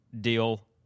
deal